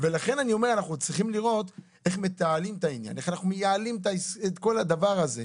לכן אני אומר: אנחנו צריכים לראות איך אנחנו מייעלים את כל הדבר הזה.